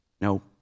No